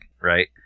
right